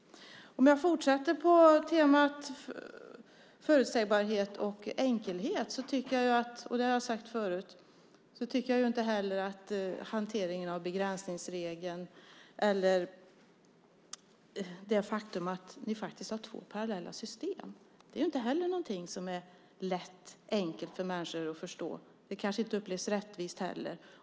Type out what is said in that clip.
Om jag fortsätter på temat förutsägbarhet och enkelhet tycker jag, som jag har sagt förut, att hanteringen av begränsningsregeln eller det faktum att ni har två parallella system inte är någonting som är enkelt att förstå för människor. Det kanske inte heller upplevs som rättvist.